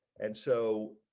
and so